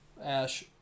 Ash